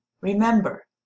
Remember